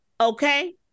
okay